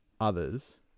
others